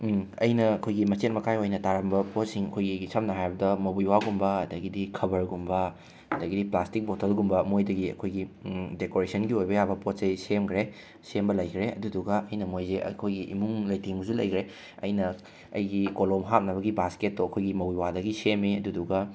ꯑꯩꯅ ꯑꯩꯈꯣꯏꯒꯤ ꯃꯆꯦꯠ ꯃꯀꯥꯏ ꯑꯣꯏꯅ ꯇꯥꯔꯝꯕ ꯄꯣꯠꯁꯤꯡ ꯑꯩꯈꯣꯏꯒꯤ ꯁꯝꯅ ꯍꯥꯏꯔꯕꯗ ꯃꯧꯕꯤ ꯋꯥꯒꯨꯝꯕ ꯑꯗꯒꯤꯗꯤ ꯈꯕꯔꯒꯨꯝꯕ ꯑꯗꯒꯤꯗꯤ ꯄ꯭ꯂꯥꯁꯇꯤꯛ ꯕꯣꯇꯜꯒꯨꯝꯕ ꯃꯣꯏꯗꯒꯤ ꯑꯩꯈꯣꯏꯒꯤ ꯗꯦꯀꯣꯔꯦꯁꯟꯒꯤ ꯑꯣꯏꯕ ꯌꯥꯕ ꯄꯣꯠ ꯆꯩ ꯁꯦꯝꯒ꯭ꯔꯦ ꯁꯦꯝꯕ ꯂꯩꯒ꯭ꯔꯦ ꯑꯗꯨꯗꯨꯒ ꯑꯩꯅ ꯃꯣꯏꯁꯦ ꯑꯩꯈꯣꯏꯒꯤ ꯏꯃꯨꯡ ꯂꯩꯇꯦꯡꯕꯁꯨ ꯂꯩꯒ꯭ꯔꯦ ꯑꯩꯅ ꯑꯩꯒꯤ ꯀꯣꯂꯣꯝ ꯍꯥꯞꯅꯕꯒꯤ ꯕꯥꯁꯀꯦꯠꯇꯣ ꯑꯩꯈꯣꯏꯒꯤ ꯃꯧꯕꯤ ꯋꯥꯗꯒꯤ ꯁꯦꯝꯃꯤ ꯑꯗꯨꯗꯨꯒ